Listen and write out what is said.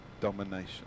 domination